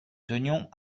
tenions